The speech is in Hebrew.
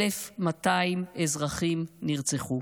1,200 אזרחים נרצחו.